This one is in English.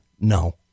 no